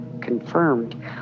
confirmed